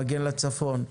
'מגן הצפון'